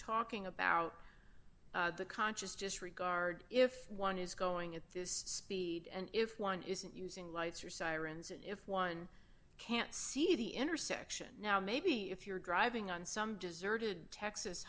talking about the conscious disregard if one is going at this speed and if one isn't using lights or sirens if one can't see the intersection now maybe if you're driving on some deserted texas